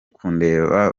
kundeba